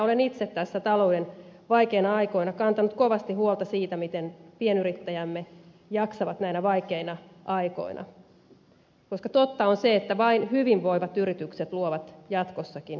olen itse näinä talouden vaikeina aikoina kantanut kovasti huolta siitä miten pienyrittäjämme jaksavat näinä vaikeina aikoina koska totta on se että vain hyvinvoivat yritykset luovat jatkossakin työpaikkoja